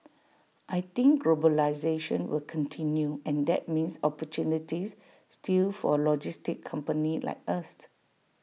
I think globalisation will continue and that means opportunities still for logistics companies like us